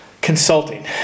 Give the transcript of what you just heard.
consulting